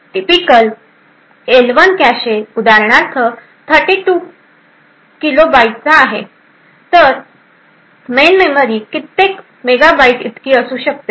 typical L 1 cache उदाहरणार्थ 32 किलोबाइटचा आहे तर मेन मेमरी कित्येक मेगाबाइट इतकी मोठी असू शकते